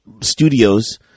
studios